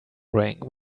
rang